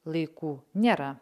laikų nėra